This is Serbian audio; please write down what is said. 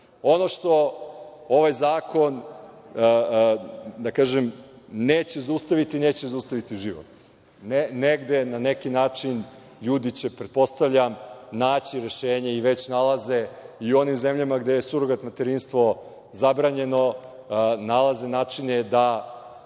što ovaj zakon, da kažem, neće zaustaviti, neće zaustaviti život. Negde, na neki način, ljudi će, pretpostavljam, naći rešenje ili već nalaze i u onim zemljama gde je surogat materinstvo zabranjeno, nalaze načine da